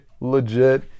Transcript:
legit